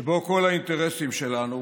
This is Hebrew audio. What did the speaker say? שבו כל האינטרסים שלנו